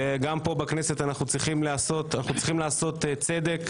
וגם פה בכנסת אנחנו צריכים לעשות צדק,